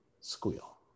squeal